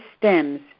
stems